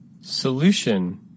Solution